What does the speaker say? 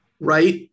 right